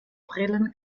brillen